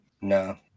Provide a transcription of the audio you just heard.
No